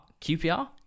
QPR